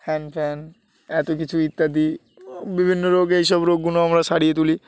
fan ফ্যান এতো কিছু ইত্যাদি বিভিন্ন রোগ এইসব রোগগুলো আমরা সারিয়ে তুলি